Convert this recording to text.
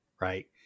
right